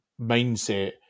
mindset